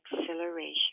Acceleration